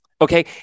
Okay